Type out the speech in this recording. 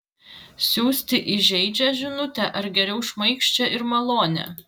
siųsti įžeidžią žinutę ar geriau šmaikščią ir malonią